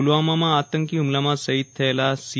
પ્લવામા આતંકી હ્મલામાં શહીદ થયેલા સી